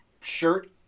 shirt